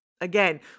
again